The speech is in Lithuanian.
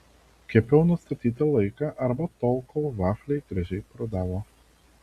kepiau nustatytą laiką arba tol kol vafliai gražiai parudavo